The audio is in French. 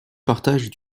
partagent